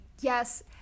yes